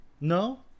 No